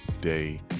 day